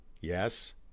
yes